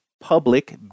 public